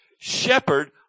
Shepherd